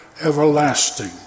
everlasting